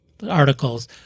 articles